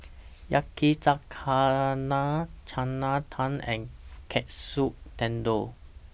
Yakizakana Chana Dal and Katsu Tendon